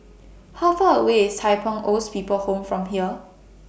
How Far away IS Tai Pei Old's People Home from here